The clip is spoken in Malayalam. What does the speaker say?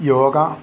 യോഗ